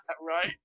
Right